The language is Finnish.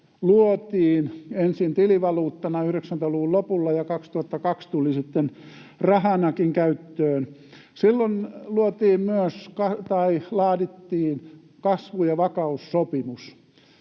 luotiin, ensin tilivaluuttana 90-luvun lopulla ja 2002 se tuli sitten rahanakin käyttöön, silloin myös laadittiin kasvu- ja vakaussopimus,